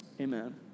amen